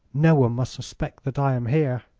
no one must suspect that i am here.